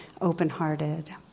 open-hearted